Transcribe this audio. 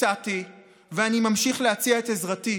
הצעתי ואני ממשיך להציע את עזרתי,